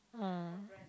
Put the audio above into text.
uh